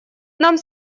нам